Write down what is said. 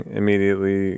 immediately